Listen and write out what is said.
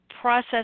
process